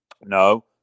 No